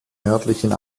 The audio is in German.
nördlichen